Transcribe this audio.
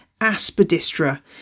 Aspidistra